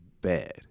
bad